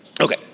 Okay